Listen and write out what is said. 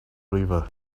river